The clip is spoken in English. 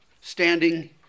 standing